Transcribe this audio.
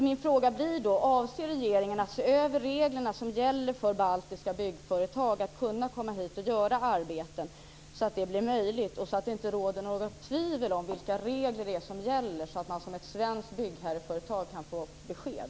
Min fråga är: Avser regeringen att se över reglerna som gäller för baltiska byggföretag, så att det blir möjligt för dem att komma hit och utföra arbeten och så att det inte råder något tvivel om vilka regler det är som gäller och så att svenska byggherreföretag kan få besked?